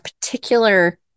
particular